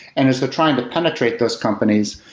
and as they're trying to penetrate those companies,